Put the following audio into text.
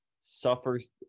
Suffers